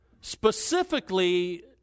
specifically